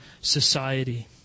society